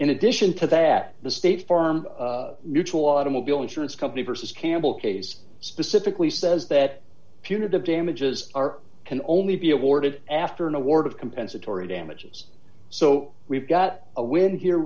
in addition to that the state farm mutual automobile insurance company versus campbell case specifically says that punitive damages are can only be awarded after an award of compensatory damages so we've got a win here